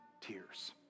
tears